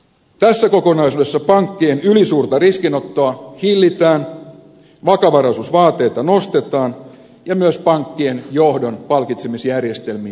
tässä kokonaisuudessa pankkien ylisuurta riskinottoa hillitään vakavaraisuusvaateita nostetaan ja myös pankkien johdon palkitsemisjärjestelmiin puututaan